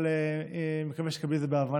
אבל אני מקווה שתקבלי את זה בהבנה.